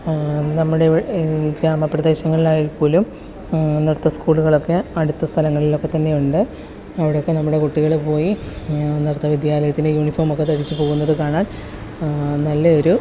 നമ്മുടെ ഇവിടെ ഗ്രാമപ്രദേശങ്ങളിൽ ആയാൽപോലും നൃത്ത സ്കൂളുകളൊക്കെ അടുത്ത സ്ഥലങ്ങളിൽ ഒക്കെത്തന്നെ ഉണ്ട് അവിടൊക്കെ നമ്മുടെ കുട്ടികൾ പോയി നൃത്തം വിദ്യാലയത്തിലെ യൂണിഫോം ഒക്കെ ധരിച്ച് പോകുന്നത് കാണാൻ നല്ല ഒരു